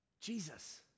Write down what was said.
Jesus